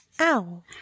Ow